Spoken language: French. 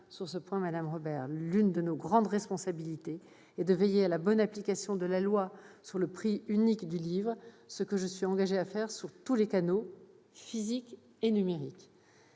l'intention de Mme Robert. L'une de nos grandes responsabilités est de veiller à la bonne application de la loi sur le prix unique du livre, ce que je suis engagée à faire sur tous les canaux, physique et numérique.